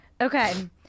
Okay